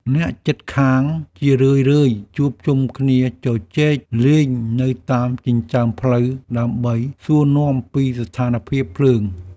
អ្នកជិតខាងជារឿយៗជួបជុំគ្នាជជែកលេងនៅតាមចិញ្ចើមផ្លូវ ដើម្បីសួរនាំពីស្ថានភាពភ្លើង។